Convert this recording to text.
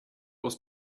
was